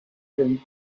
him